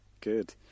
Good